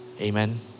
Amen